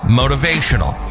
motivational